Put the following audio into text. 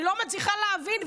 אני לא מצליחה להבין.